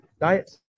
diet